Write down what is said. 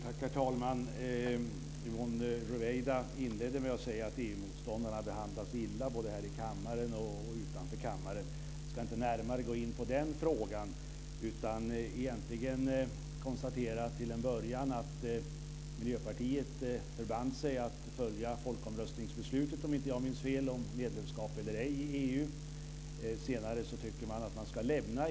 Herr talman! Yvonne Ruwaida inledde med att säga att EU-motståndarna behandlas illa både här i kammaren och utanför. Jag ska inte närmare gå in på den frågan utan egentligen till en början konstatera att Miljöpartiet om jag inte minns fel förband sig att följa folkomröstningsbeslutet om medlemskap i EU. Senare har man tyckt att vi ska lämna EU.